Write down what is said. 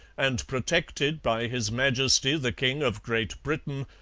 and protected by his majesty the king of great britain,